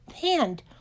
hand